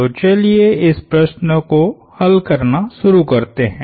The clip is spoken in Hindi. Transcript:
तो चलिए इस प्रश्न को हल करना शुरू करते हैं